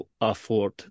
afford